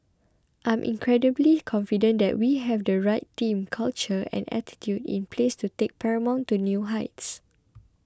I'm incredibly confident that we have the right team culture and attitude in place to take Paramount to new heights